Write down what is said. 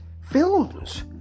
films